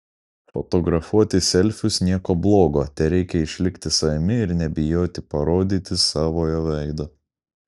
fotografuoti selfius nieko blogo tereikia išlikti savimi ir nebijoti parodyti savojo veido